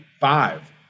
five